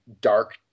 dark